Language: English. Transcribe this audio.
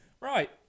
Right